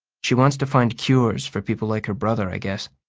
she wants to find cures for people like her brother, i guess.